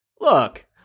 Look